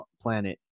planet